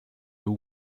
two